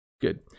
Good